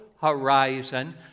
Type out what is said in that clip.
horizon